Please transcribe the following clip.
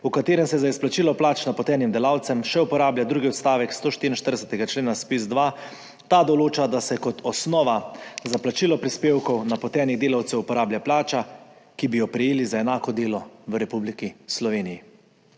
v katerem se za izplačilo plač napotenim delavcem še uporablja drugi odstavek 144. člena ZPIZ-2. Ta določa, da se kot osnova za plačilo prispevkov napotenih delavcev uporablja plača, ki bi jo prejeli za enako delo v Republiki Sloveniji.